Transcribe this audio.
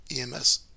EMS